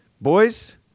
boys